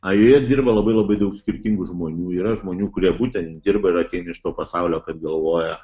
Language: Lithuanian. a joje dirba labai labai daug skirtingų žmonių yra žmonių kurie būtent dirba ir ateina iš to pasaulio kad galvoja